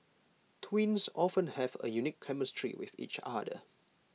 twins often have A unique chemistry with each other